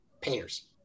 painters